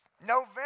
November